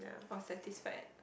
or satisfied